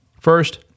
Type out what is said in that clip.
First